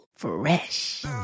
Fresh